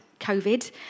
Covid